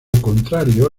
contrario